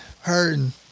Hurting